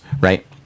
right